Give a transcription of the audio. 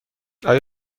آیا